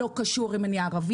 לא קשור אם אני ערבייה,